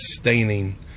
staining